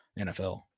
NFL